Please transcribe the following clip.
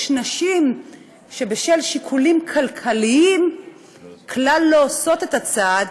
יש נשים שבשל שיקולים כלכליים כלל לא עושות את הצעד.